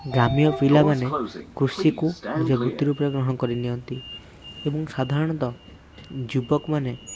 ଗ୍ରାମୀଣ ପିଲା ମାନେ କୃଷିକୁ ନିଜର ବୃତ୍ତି ରୂପରେ ଗ୍ରହଣ କରିନିଅନ୍ତି ଏବଂ ସାଧାରଣତଃ ଯୁବକ ମାନେ